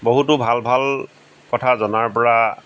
বহুতো ভাল ভাল কথা জনাৰ পৰা